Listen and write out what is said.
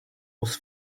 was